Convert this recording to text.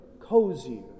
cozier